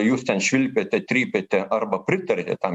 jūs ten švilpėte trypėte arba pritarėte tam